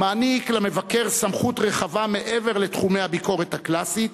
מעניק למבקר סמכות רחבה מעבר לתחומי הביקורת הקלאסית